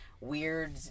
weird